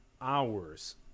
hours